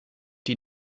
die